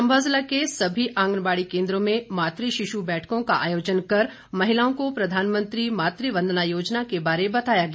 चंबा जिला के सभी आंगनबाड़ी केन्द्रों में मातृ शिशु बैठकों का आयोजन कर महिलाओं को प्रधानमंत्री मातृ वंदना योजना के बारे बताया गया